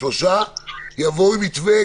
שלושה ויבואו עם מתווה,